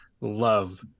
love